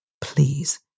Please